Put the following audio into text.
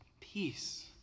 Peace